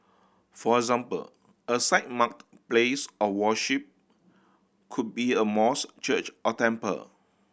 for example a site marked place of worship could be a mosque church or temple